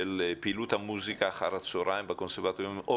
הקונסרבטוריונים למעט קשר מקצועי -- למה?